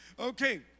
Okay